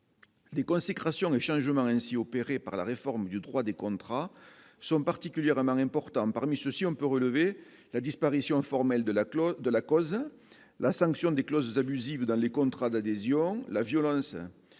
Les consécrations changements ainsi opérée par la réforme du droit des contrats sont particulièrement important parmi ceux-ci, on peut relever la disparition formelle de la clause de l'accord, la sanction des clauses abusives dans les contrats d'adhésion, la violence,